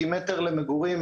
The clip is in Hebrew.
כי מטר למגורים,